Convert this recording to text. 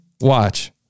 watch